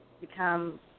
become